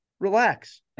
relax